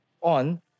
on